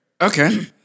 Okay